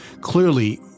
clearly